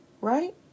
right